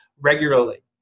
regularly